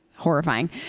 horrifying